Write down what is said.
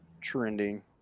trending